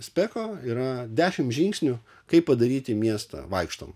speko yra dešimt žingsnių kaip padaryti miestą vaikštomu